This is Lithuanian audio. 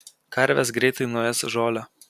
karvės greitai nuės žolę